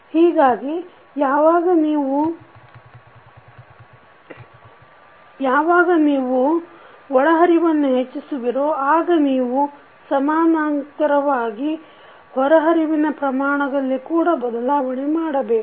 ಹೀಗಾಗಿ ಯಾವಾಗ ನೀವು ಒಳಹರಿವನ್ನು ಹೆಚ್ಚಿಸುವಿರೋ ಆಗ ನೀವು ಸಮಾನಾಂತರವಾಗಿ ಸಣ್ಣ ಹೊರಹರಿವಿನ ಪ್ರಮಾಣದಲ್ಲಿ ಕೂಡ ಬದಲಾವಣೆ ಮಾಡಬೇಕು